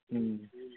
ᱦᱮᱸ